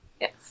Yes